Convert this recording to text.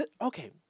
okay